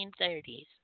1930s